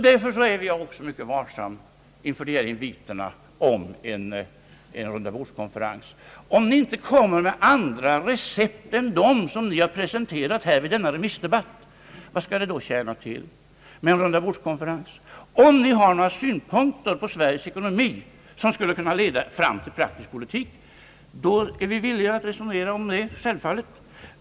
Därför är jag också mycket varsam inför inviterna om en rundabordskonferens. Om ni inte kommer med andra recept än dem som ni presenterat vid denna remissdebatt, vad skall det då tjäna till med en rundabordskonferens? Om ni har några synpunkter på Sveriges ekonomi som skulle kunna leda fram till praktisk politik, då är vi självfallet villiga att resonera om saken.